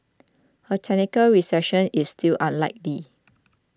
a technical recession is still unlikely